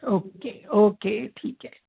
okay okay ठीक आहे